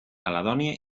caledònia